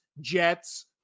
Jets